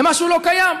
למה שהוא לא קיים.